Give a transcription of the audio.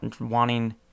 wanting